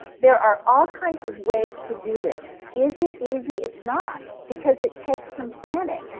there are all kinds of ways to do this. is it easy? it's not, because it takes some planning.